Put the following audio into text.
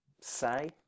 say